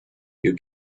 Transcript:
you